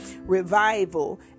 revival